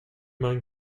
man